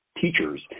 teachers